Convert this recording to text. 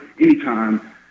anytime